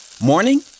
Morning